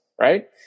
Right